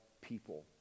people